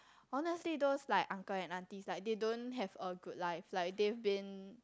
honestly those like uncle and aunties like they don't have a good life like they've been